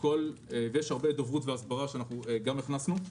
ויש הרבה דוברות והסברה שאנחנו גם הכנסנו.